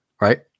Right